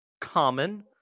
common